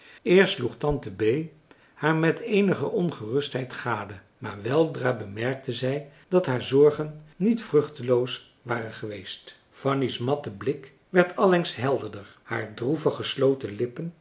eerst sloeg tante bee haar met eenige ongerustheid gade maar weldra bemerkte zij dat haar zorgen niet vruchteloos waren geweest fanny's matte blik werd allengs helderder haar droevig gesloten lippen